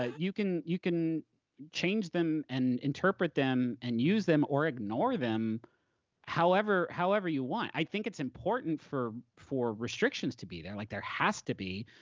ah you can you can change them and interpret them and use them or ignore them however however you want. i think it's important for for restrictions to be there, like, there has to be.